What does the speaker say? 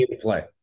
play